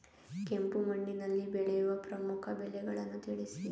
ಕೆಂಪು ಮಣ್ಣಿನಲ್ಲಿ ಬೆಳೆಯುವ ಪ್ರಮುಖ ಬೆಳೆಗಳನ್ನು ತಿಳಿಸಿ?